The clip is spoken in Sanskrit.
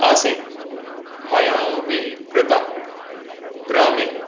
आसीत् मयापि कृतं ग्रामे